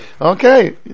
Okay